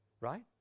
right